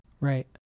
Right